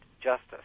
justice